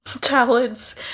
Talents